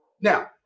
Now